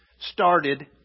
started